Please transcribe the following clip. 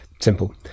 simple